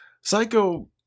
psycho